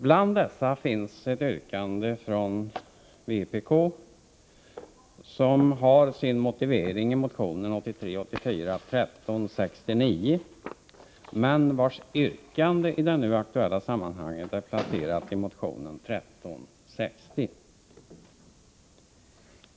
Bland dessa finns ett yrkande från vpk som har sin motivering i motionn 1983/84:1359, men vars yrkande i det nu aktuella sammanhanget har placerats i motion 1360.